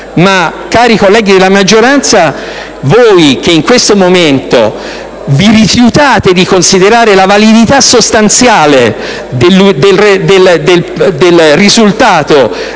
cari colleghi della maggioranza, che in questo momento vi rifiutate di considerare la validità sostanziale del risultato